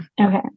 Okay